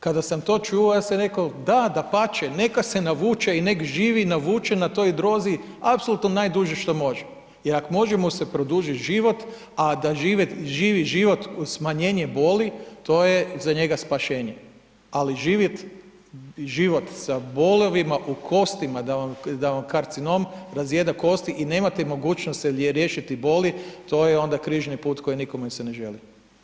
Kada sam to čuo ja sam reko, da dapače neka se navuče i nek živi navučen na toj drozi, apsolutno najduže što može, jer ak može mu se produžit život, a da živi život uz smanjenje boli to je za njega spasenje, ali živjet život sa bolovima u kostima da vam karcinom razjeda kosti i nemate mogućnost se riješiti boli to je onda križni put koji nikome se ne želi.